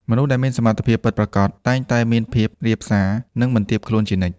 មនុស្សដែលមានសមត្ថភាពពិតប្រាកដ តែងតែមានភាពរាបសារ និងបន្ទាបខ្លួនជានិច្ច។